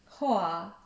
!whoa!